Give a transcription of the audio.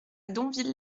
donville